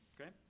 Okay